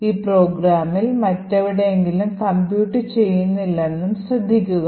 ഈ programൽ മറ്റെവിടെയെങ്കിലും compute ചെയ്യുന്നില്ലെന്നും ശ്രദ്ധിക്കുക